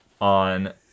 on